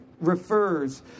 refers